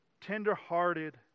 tender-hearted